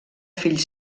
fill